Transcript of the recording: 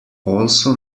also